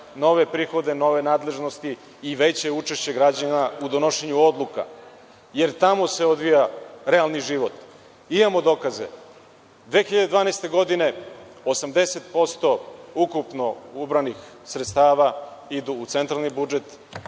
nove prihode, nove nadležnosti i veće učešće građana u donošenju odluka, jer tamo se odvija realni život. Imamo dokaze. Godine 2012. 80% ukupno ubranih sredstava ide u centralni budžet,